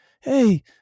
Hey